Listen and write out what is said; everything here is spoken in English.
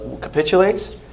capitulates